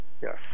Yes